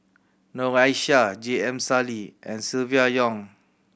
Noor Aishah J M Sali and Silvia Yong